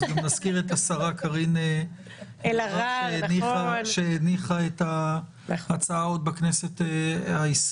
אז גם נזכיר את השרה קארין אלהרר שהניחה את ההצעה עוד בכנסת העשרים.